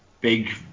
Big